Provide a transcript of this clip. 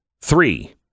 Three